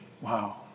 Wow